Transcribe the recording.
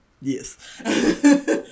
yes